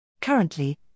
Currently